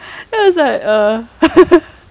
then I was like err